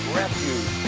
refuge